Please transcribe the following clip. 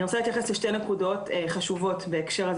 אני רוצה להתייחס לשתי נקודות חשובות בהקשר הזה